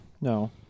no